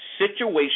situation